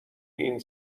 این